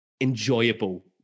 enjoyable